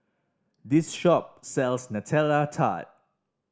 this shop sells Nutella Tart